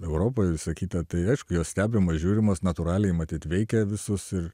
europoj vius kita tai aišku jos stebimos žiūrimos natūraliai matyt veikia visus ir